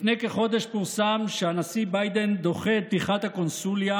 לפני כחודש פורסם שהנשיא ביידן דוחה את פתיחת הקונסוליה